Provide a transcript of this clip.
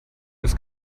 ist